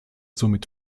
somit